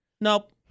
Nope